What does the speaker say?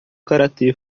karatê